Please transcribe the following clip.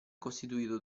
costituito